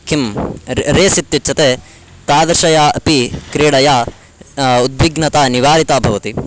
किं रेस् इत्युच्यते तादृशया अपि क्रीडया उद्विग्नता निवारिता भवति